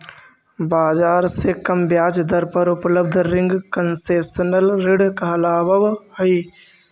बाजार से कम ब्याज दर पर उपलब्ध रिंग कंसेशनल ऋण कहलावऽ हइ